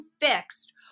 fixed